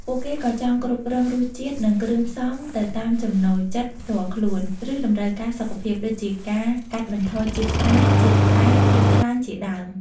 ពួកគេក៏ចង់ គ្រប់គ្រងរសជាតិ និងគ្រឿងផ្សំទៅតាមចំណូលចិត្តផ្ទាល់ខ្លួន ឬតម្រូវការសុខភាព ដូចជាការកាត់បន្ថយជាតិប្រៃ ជាតិផ្អែម ឬខ្លាញ់ជាដើម។